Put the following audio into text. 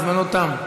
זמנו תם.